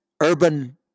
urban